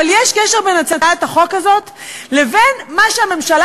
אבל יש קשר בין הצעת החוק הזאת לבין מה שהממשלה